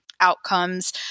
outcomes